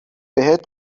بهت